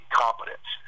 competence